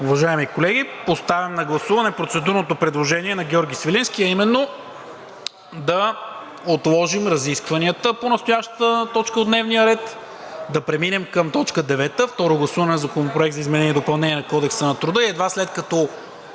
Уважаеми колеги, поставям на гласуване процедурното предложение на Георги Свиленски, а именно: да отложим разискванията по настоящата точка от дневния ред, да преминем към точка девета – Второ гласуване на Законопроекта за изменение и допълнение на Кодекса на труда, и едва след като